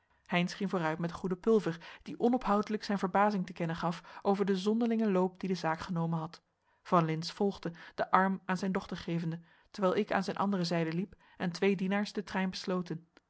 heynsz ging vooruit met den goeden pulver die onophoudelijk zijn verbazing te kennen gaf over den zonderlingen loop dien de zaak genomen had van lintz volgde den arm aan zijn dochter gevende terwijl ik aan zijn andere zijde liep en twee dienaars den trein besloten